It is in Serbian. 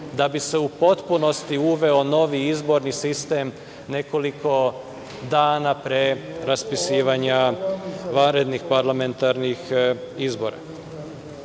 da bi se u potpunosti uveo novi izborni sistem, nekoliko dana pre raspisivanja vanrednih parlamentarnih izbora. Ovaj